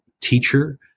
teacher